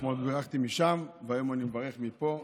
אתמול בירכתי משם והיום אני מברך מפה,